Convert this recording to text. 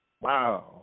Wow